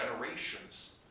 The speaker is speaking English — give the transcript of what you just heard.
generations